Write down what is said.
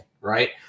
right